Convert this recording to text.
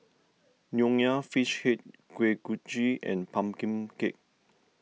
Nonya Fish Head Kuih Kochi and Pumpkin Cake